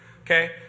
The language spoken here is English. Okay